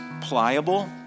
pliable